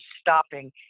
stopping